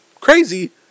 crazy